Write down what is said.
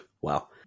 Wow